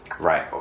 Right